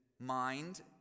mind